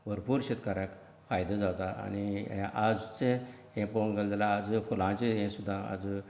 भरपूर शेतकऱ्याक फायदो जाता आनी आजचें हें पळोवंक गेल्यार आज जर फुलांचें हें सुद्दां आयज